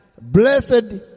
blessed